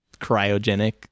cryogenic